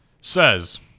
says